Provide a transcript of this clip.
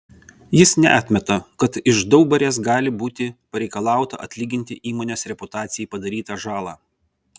jis neatmeta kad iš daubarės gali būti pareikalauta atlyginti įmonės reputacijai padarytą žalą